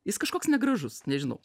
jis kažkoks negražus nežinau